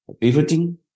pivoting